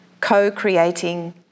Co-creating